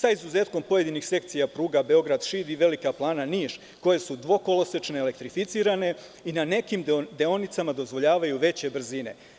Sa izuzetkom pojedinih sekcija pruga Beograd – Šid i Velika Plana – Niš, koje su dvokolosečne elektrificirane i na nekim deonicama dozvoljavaju veće brzine.